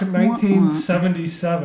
1977